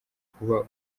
kuba